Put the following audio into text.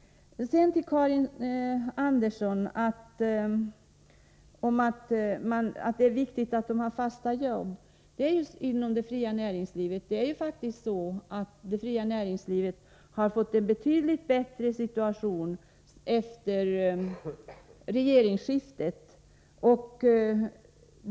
Sedan något om vikten av att ha ett fast jobb, Karin Andersson, inom det fria näringslivet. Det är faktiskt så att situationen har blivit bättre efter regeringsskiftet när det gäller det fria näringslivet.